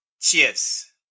Cheers